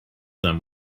them